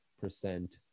percent